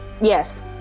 Yes